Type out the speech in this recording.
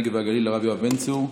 הנגב והגליל הרב יואב בן צור.